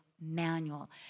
manual